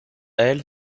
elle